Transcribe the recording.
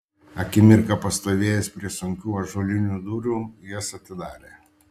akimirką pastovėjęs prie sunkių ąžuolinių durų jas atidarė